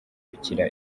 gukira